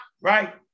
right